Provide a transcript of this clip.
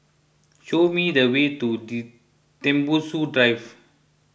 show me the way to Tembusu Drive